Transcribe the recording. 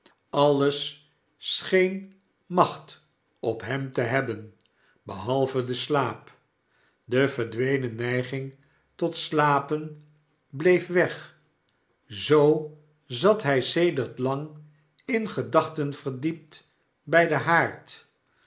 alles scheen macht op hem te hebben behalve de slaap de verdwenen neiging tot slapen bleef ver weg zoo zat hjj sedert lang in gedachten verdiept by den haard